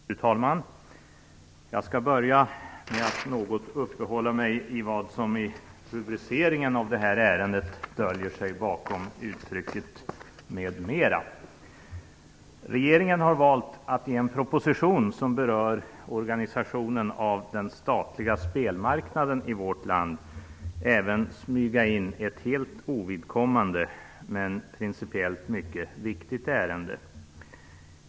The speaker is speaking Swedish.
Fru talman! Jag skall börja med att något uppehålla mig vid vad som i rubriceringen av detta ärende döljer sig bakom uttrycket m.m. Regeringen har valt att i en proposition som berör organisationen av den statliga spelmarknaden i vårt land även smyga in ett helt ovidkommande men principiellt mycket viktigt ärende.